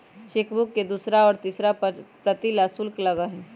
chequebook के दूसरा और तीसरा प्रति ला शुल्क लगा हई